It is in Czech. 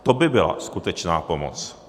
To by byla skutečná pomoc.